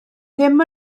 ddim